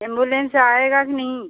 ambulance आएगा कि नहीं